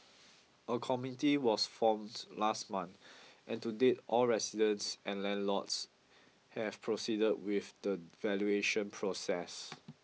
a committee was formed last month and to date all residents and landlords have proceeded with the valuation process